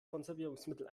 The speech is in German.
konservierungsmittel